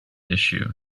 issue